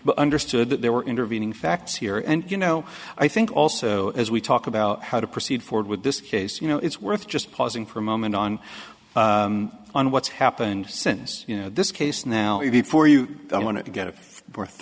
but understood that there were intervening facts here and you know i think also as we talk about how to proceed forward with this case you know it's worth just pausing for a moment on on what's happened since you know this case now it before you want to get a